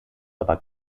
aber